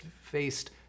faced